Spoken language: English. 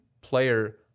player